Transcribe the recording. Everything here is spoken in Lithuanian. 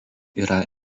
yra